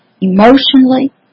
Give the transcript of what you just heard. emotionally